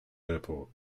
airport